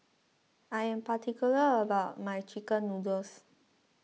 I am particular about my Chicken Noodles